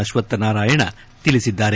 ಅಶ್ವಕ್ತ ನಾರಾಯಣ ತಿಳಿಸಿದ್ದಾರೆ